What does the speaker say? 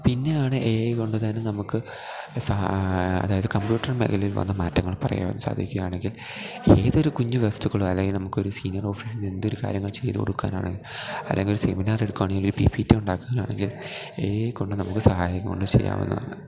പിന്നെയാണ് A I കൊണ്ടുതന്നെ നമുക്ക് അതായത് കമ്പ്യൂട്ടർ മേഖലയിൽ വന്ന മാറ്റങ്ങൾ പറയുവാൻ സാധിക്കുകയാണെങ്കിൽ ഏതൊരു കുഞ്ഞു വസ്തുക്കളൊ അല്ലെങ്കിൽ നമുക്കൊരു സീനിയർ ഓഫീസിന് എന്തൊരു കാര്യങ്ങൾ ചെയ്തു കൊടുക്കാനാണെങ്കിലും അല്ലെങ്കിൽ ഒരു സെമിനാർ എടുക്കുകയാണെങ്കിൽ ഒരു പി പി ടി ഉണ്ടാക്കാനാണെങ്കിൽ എ ഐ കൊണ്ട് നമുക്ക് സഹായം കൊണ്ട് ചെയ്യാവുന്നതാണ്